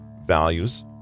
values